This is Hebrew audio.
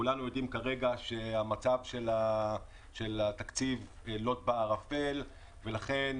כולנו יודעים כרגע שהמצב של התקציב לוט בערפל ולכן